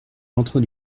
entre